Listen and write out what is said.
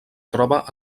troba